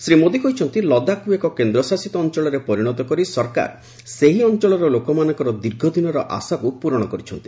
ଶ୍ରୀ ମୋଦୀ କହିଛନ୍ତି ଲଦାଖକୁ ଏକ କେନ୍ଦ୍ରଶାସିତ ଅଞ୍ଚଳରେ ପରିଣତ କରି ସରକାର ସେହି ଅଞ୍ଚଳର ଲୋକମାନଙ୍କର ଦୀର୍ଘଦିନର ଆଶାକୁ ପୂରଣ କରିଛନ୍ତି